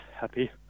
happy